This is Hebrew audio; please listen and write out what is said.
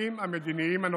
התנאים המדיניים הנוכחיים.